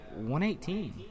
118